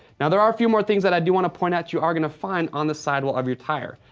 now, there are a few more things that i do want to point out that you are gonna find on the sidewall of your tire.